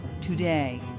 today